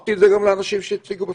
אמרתי גם לאנשים שהציגו בפנינו,